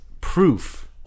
proof